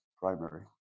primary